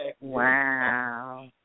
Wow